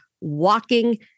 walking